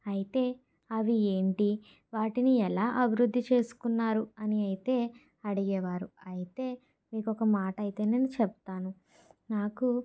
అయితే అవి ఏంటి వాటిని ఎలా అభివృద్ధి చేసుకున్నారు అని అయితే అడిగేవారు అయితే మీకొక మాట అయితే నేను చెప్తాను నాకు